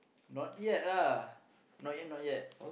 not yet lah not yet not yet